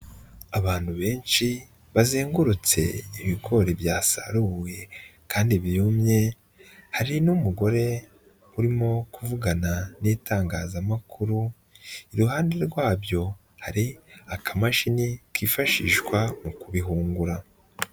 Abantu benshi bazengurutse ibigori byasarubuwe kandi byumye, hari n'umugore urimo kuvugana n'itangazamakuru, iruhande rwabyo hari akamashini kifashishwa mu kubihungura.